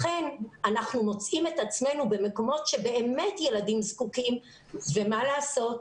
לכן אנחנו מוצאים את עצמנו במקומות שבאמת ילדים זקוקים ומה לעשות,